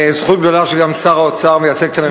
זכות גדולה שגם שר האוצר מייצג את הממשלה פה,